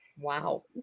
Wow